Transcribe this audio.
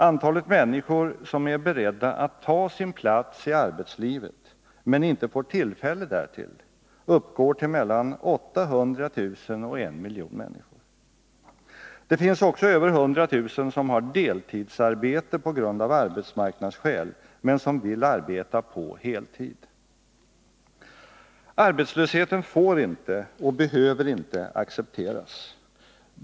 Antalet människor som är beredda att ta sin plats i arbetslivet, men som inte får tillfälle därtill, uppgår till mellan 800 000 och 1000 000. Det finns också över 100 000 människor som har deltidsarbete av arbetsmarknadsskäl, men som vill arbeta på heltid. Arbetslösheten får inte och behöver inte accepteras.